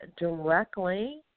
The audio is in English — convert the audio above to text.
directly